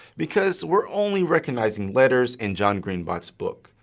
because we're only recognizing letters in john-green-bot's book,